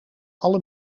alle